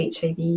HIV